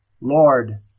Lord